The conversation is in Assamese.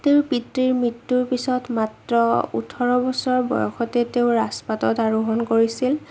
তেওঁৰ পিতৃৰ মৃত্যুৰ পিছত মাত্ৰ ওঠৰ বছৰ বয়সতে তেওঁ ৰাজপাটত আৰোহণ কৰিছিল